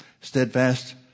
steadfast